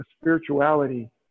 spirituality